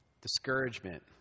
discouragement